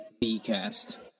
B-Cast